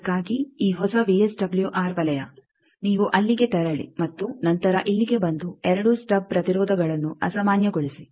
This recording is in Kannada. ಅದಕ್ಕಾಗಿ ಈ ಹೊಸ ವಿಎಸ್ಡಬ್ಲ್ಯೂಆರ್ ವಲಯ ನೀವು ಅಲ್ಲಿಗೆ ತೆರಳಿ ಮತ್ತು ನಂತರ ಇಲ್ಲಿಗೆ ಬಂದು 2 ಸ್ಟಬ್ ಪ್ರತಿರೋಧಗಳನ್ನು ಅಸಾಮಾನ್ಯಗೊಳಿಸಿ